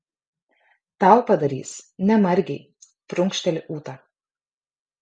tau padarys ne margei prunkšteli ūta